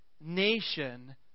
nation